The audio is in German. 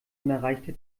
unerreichter